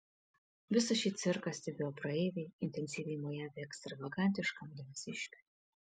visa šį cirką stebėjo praeiviai intensyviai mojavę ekstravagantiškam dvasiškiui